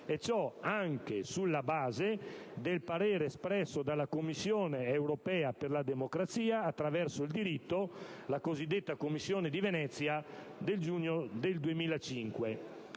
E ciò anche sulla base del parere espresso dalla Commissione europea per la democrazia attraverso il diritto (la cosiddetta Commissione di Venezia) nel giugno 2005.